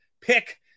pick